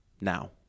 Now